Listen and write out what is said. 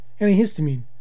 Antihistamine